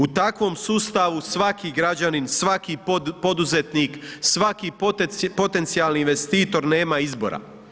U takvom sustavu svaki građanin, svaki poduzetnike, svaki potencijalni investitor nema izbora.